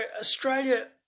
Australia